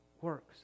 works